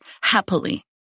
happily